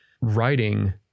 writing